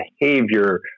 behavior